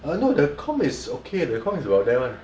err the comm is okay the comm is about there [one]